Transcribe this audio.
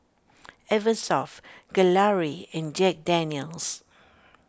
Eversoft Gelare and Jack Daniel's